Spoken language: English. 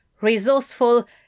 resourceful